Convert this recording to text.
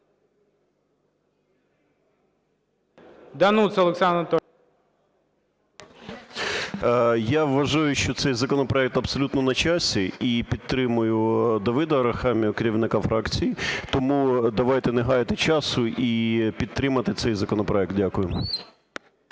ДАНУЦА О.А. Я вважаю, що цей законопроект абсолютно на часі, і підтримую Давида Арахамію, керівника фракції. Тому давайте не гаяти часу, і підтримати цей законопроект. Дякую.